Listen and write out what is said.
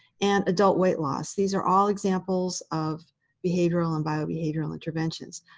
and adult weight loss. these are all examples of behavioral and biobehavioral interventions.